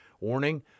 Warning